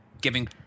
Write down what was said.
giving